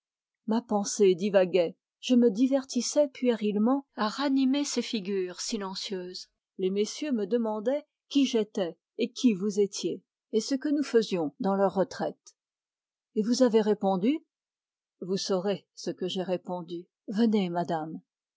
ma pensée divaguait je me divertissais puérilement à ranimer ces figures silencieuses les messieurs me demandaient qui j'étais et qui vous étiez et ce que nous faisions dans leur retraite et vous avez répondu vous saurez ce que j'ai répondu venez madame